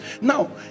Now